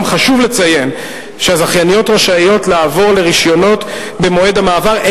חשוב לציין שהזכייניות רשאיות לעבור לרשיונות במועד המעבר,